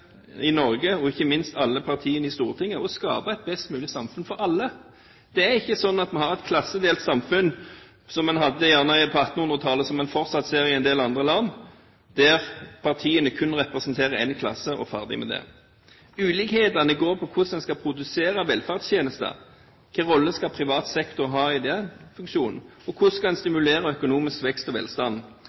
i Norge, og ikke minst alle partiene i Stortinget, å skape et best mulig samfunn for alle. Det er ikke sånn at vi har et klassedelt samfunn slik man gjerne hadde på 1800-tallet, og som man fortsatt ser i en del andre land, der partiene kun representerer én klasse og ferdig med det. Ulikhetene går på hvordan en skal produsere velferdstjenester. Hvilken rolle skal privat sektor ha i den funksjonen, og hvordan skal en stimulere til økonomisk vekst og velstand?